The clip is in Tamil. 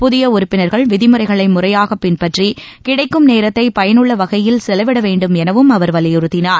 புதிய உறுப்பினர்கள் விதிமுறைகளை முறையாக பின்பற்றி கிடைக்கும் நேரத்தை பயனுள்ள வகையில் செலவிட வேண்டும் எனவும் அவர் வலியுறுத்தினார்